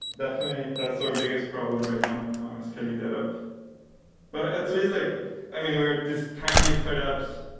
definitely, that's our biggest problem right now scaling that up but ah like i mean, we're just tiny startups.